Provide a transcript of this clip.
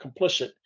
complicit